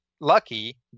lucky